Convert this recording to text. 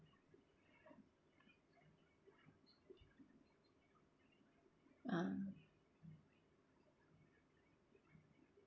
ah